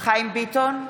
חיים ביטון,